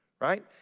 right